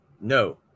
No